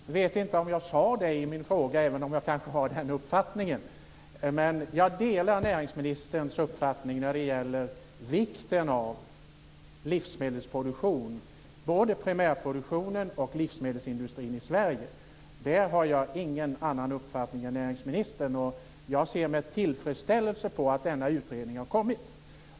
Herr talman! Jag vet inte om jag sade det i min fråga även om jag kanske har den uppfattningen, men jag delar näringsministerns uppfattning när det gäller vikten av livsmedelsproduktion - både primärproduktionen och livsmedelsindustrin i Sverige. Där har jag ingen annan uppfattning än näringsministern. Jag ser med tillfredsställelse på att denna utredning har kommit.